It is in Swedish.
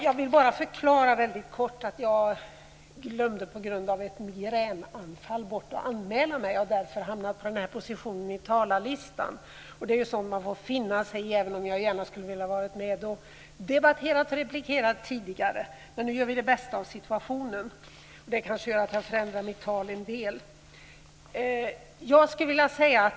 Jag vill bara förklara väldigt kort att jag på grund av ett migränanfall glömde bort att anmäla mig och därför hamnade på den här positionen på talarlistan. Det är sådant man får finna sig i, även om jag gärna hade velat vara med och debattera och replikera tidigare. Men nu gör vi det bästa av situationen. Detta gör att jag kanske förändrar mitt tal en del.